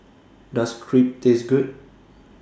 Does Crepe Taste Good